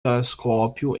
telescópio